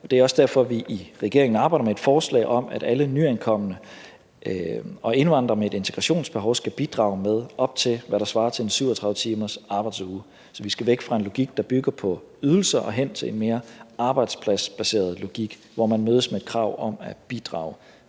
det er også derfor, vi i regeringen arbejder med et forslag om, at alle nyankomne og indvandrere med et integrationsbehov skal bidrage med op til, hvad der svarer til en 37-timersarbejdsuge. Så vi skal væk fra en logik, der bygger på ydelser, og hen til en mere arbejdspladsbaseret logik, hvor man mødes med et krav om at bidrage,